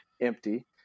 empty